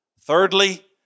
Thirdly